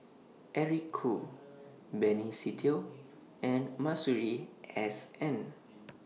Eric Khoo Benny Se Teo and Masuri S N